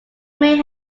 may